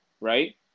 right